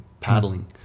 paddling